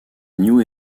new